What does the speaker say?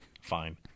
Fine